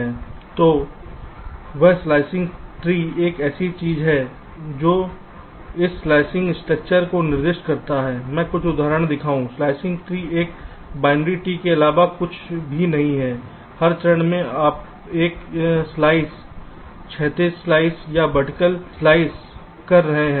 तो वह slicing tree एक ऐसी चीज है जो उस स्लाइसिंग स्ट्रक्चर को निर्दिष्ट करता है मैं कुछ उदाहरण दिखाऊंगा स्लाइसिंग ट्री एक बाइनरी ट्री के अलावा कुछ भी नहीं है हर चरण में आप एक स्लाइस क्षैतिज स्लाइस या वर्टिकल स्लाइस कर रहे हैं